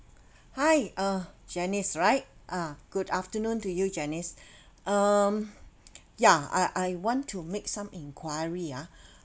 hi uh janice right ah good afternoon to you janice um ya I I want to make some enquiry ah